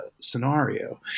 scenario